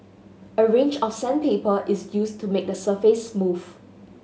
a range of sandpaper is used to make the surface smooth